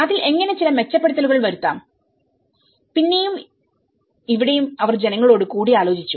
അതിൽ എങ്ങനെ ചില മെച്ചപ്പെടുത്തലുകൾ വരുത്താം പിന്നെയും ഇവിടെയും അവർ ജനങ്ങളോട് കൂടിയാലോചിച്ചു